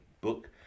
book